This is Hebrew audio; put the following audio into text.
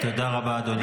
תודה רבה, אדוני.